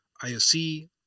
IOC